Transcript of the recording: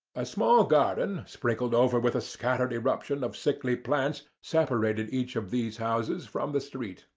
a small garden sprinkled over with a scattered eruption of sickly plants separated each of these houses from the street,